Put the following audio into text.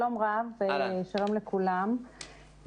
שלום רב, שלום לכולם.